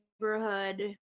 neighborhood